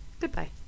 Goodbye